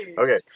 Okay